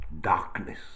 darkness